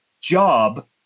job